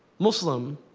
muslim,